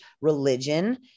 religion